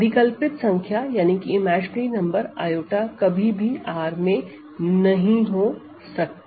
अधिकल्पित संख्या i कभी भी R में नहीं हो सकती